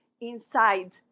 inside